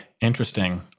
Interesting